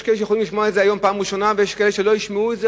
יש כאלה שיכולים לשמוע את זה היום פעם ראשונה ויש כאלה שלא ישמעו את זה,